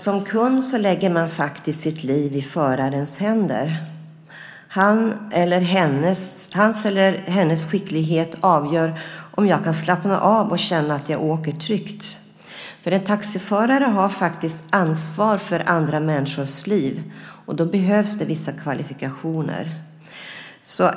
Som kund lägger man sitt liv i förarens händer. Hans eller hennes skicklighet avgör om jag kan slappna av och känna att jag åker tryggt. En taxiförare har faktiskt ansvar för andra människors liv, och då behövs det vissa kvalifikationer.